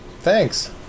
thanks